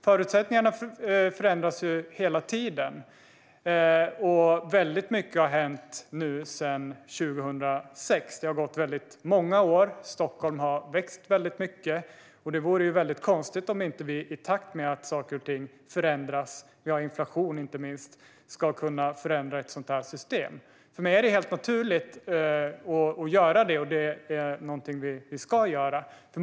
Förutsättningarna förändras hela tiden. Väldigt mycket har hänt sedan 2006. Det har gått många år, och Stockholm har vuxit mycket. Det vore konstigt om vi inte kan förändra ett sådant här system i takt med att saker och ting förändras - vi har inte minst inflation. För mig är det helt naturligt att förändra. Det är något vi ska göra.